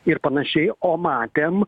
ir panašiai o matėm